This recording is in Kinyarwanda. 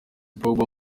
pogba